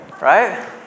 right